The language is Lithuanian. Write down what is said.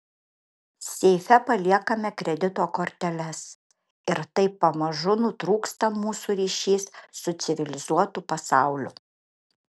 seife paliekame kredito korteles ir taip pamažu nutrūksta mūsų ryšys su civilizuotu pasauliu